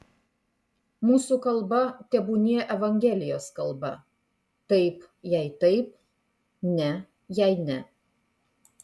mūsų kalba tebūnie evangelijos kalba taip jei taip ne jei ne